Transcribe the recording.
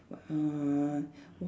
uh